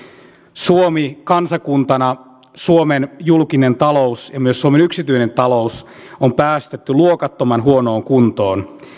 suomi kansakuntana suomen julkinen talous ja myös suomen yksityinen talous on päästetty luokattoman huonoon kuntoon